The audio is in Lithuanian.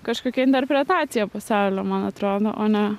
kažkokia interpretacijapasaulio man atrodo o ne